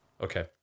Okay